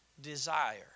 desire